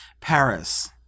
Paris